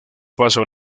paso